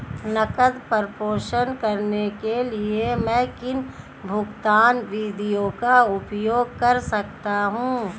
नकद प्रेषण करने के लिए मैं किन भुगतान विधियों का उपयोग कर सकता हूँ?